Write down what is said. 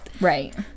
right